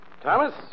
Thomas